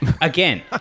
Again